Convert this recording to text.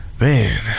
Man